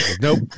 nope